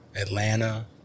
Atlanta